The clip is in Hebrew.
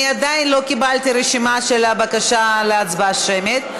אני עדיין לא קיבלתי רשימה של הבקשה להצבעה שמית.